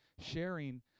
sharing